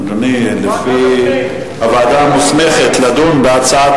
אדוני, הוועדה המוסמכת לדון בהצעת